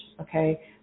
okay